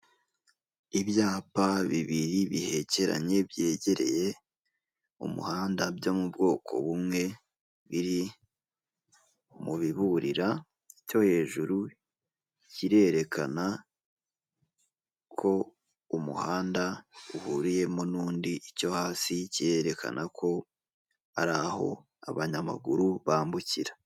Ibyapa bibiri bihekeranye byegereye umuhanda byo mu bwoko bumwe, biri mubi biburira icyo hejuru kirerekana ko umuhanda uhuriyemo n'undi icyo hasi kirerekana ko hari aho abanyamaguru bambukira.